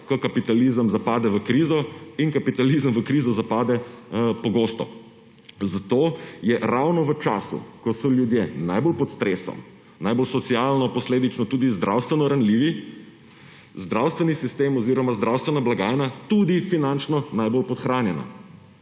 ko kapitalizem zapade v krizo; in kapitalizem v krizo zapade pogosto. Zato je ravno v času, ko so ljudje najbolj pod stresom, najbolj socialno, posledično tudi zdravstveno ranljivi, zdravstveni sistem oziroma zdravstvena blagajna tudi finančno najbolj podhranjena.